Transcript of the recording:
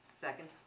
Second